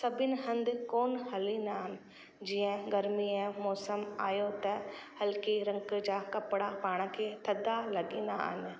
सभिनी हंधु कोन हलींदा आहिनि जीअं गर्मीअ जो मौसमु आयो त हल्के रंग जा कपिड़ा पाण खे थधा लॻींदा आहिनि